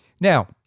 now